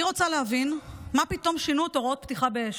אני רוצה להבין מה פתאום שינו את הוראות הפתיחה באש.